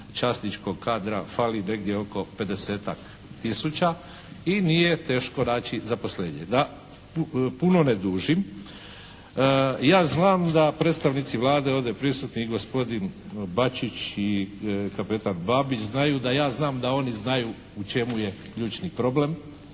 časničkog kadra fali negdje oko 50-tak tisuća i nije teško naći zaposlenje. Da puno ne dužim, ja znam da predstavnici Vlade ovdje prisutni gospodin Bačić i kapetan Babić znaju da ja znam da oni znaju u čemu je ključni problem